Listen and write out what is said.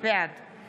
בעד